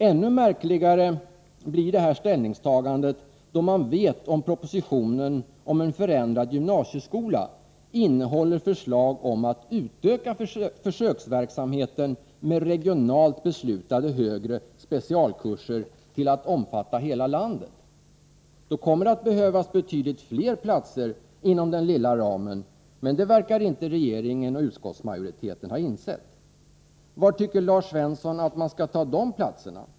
Än märkligare blir detta ställningstagande, då man vet att propositionen om en förändrad gymnasieskola innehåller förslag om att utöka försöksverksamheten med regionalt beslutade högre specialkurser till att omfatta hela landet. Då kommer det att behövas betydligt fler platser inom den lilla ramen, men det verkar inte regeringen och utskottsmajoriteten ha insett. Var tycker Lars Svensson att man skall ta de platserna?